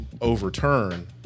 overturn